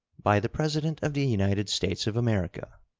by the president of the united states of america.